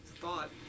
thought